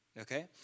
Okay